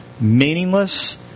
Meaningless